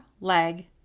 leg